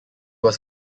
was